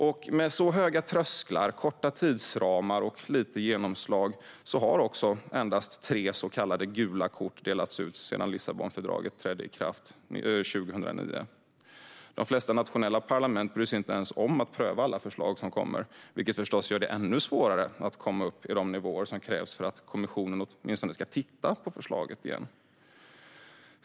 Och med så höga trösklar, korta tidsramar och litet genomslag har också endast tre så kallade gula kort delats ut sedan Lissabonfördraget trädde i kraft år 2009. De flesta nationella parlament bryr sig inte ens om att pröva alla förslag som kommer, vilket förstås gör det ännu svårare att komma upp i de nivåer som krävs för att kommissionen åtminstone ska titta på förslaget igen.